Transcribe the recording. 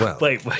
wait